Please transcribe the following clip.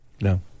No